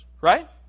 right